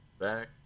back